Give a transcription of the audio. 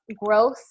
growth